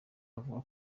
avuga